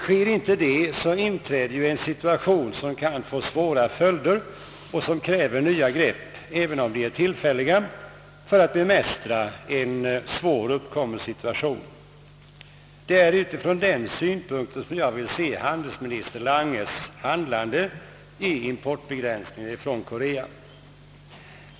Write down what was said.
Sker inte det, så inträder ju en situation som kan få svåra följder och som kräver nya grepp även om de är tillfälliga — för att bemästra en uppkommen svår situation. Det är utifrån den synpunkten som jag vill se handelsminister Langes handlande i fråga om importbegränsningar från Korea.